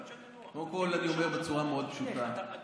קודם כול, אני אומר בצורה פשוטה מאוד